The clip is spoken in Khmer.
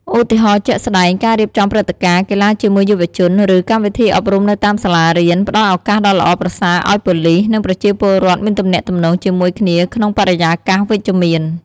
ឧទាហរណ៍ជាក់ស្ដែង ការរៀបចំព្រឹត្តិការណ៍ កីឡាជាមួយយុវជន ឬ កម្មវិធីអប់រំនៅតាមសាលារៀន ផ្តល់ឱកាសដ៏ល្អប្រសើរឲ្យប៉ូលីស និងប្រជាពលរដ្ឋមានទំនាក់ទំនងជាមួយគ្នាក្នុងបរិយាកាសវិជ្ជមាន។